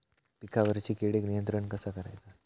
पिकावरची किडीक नियंत्रण कसा करायचा?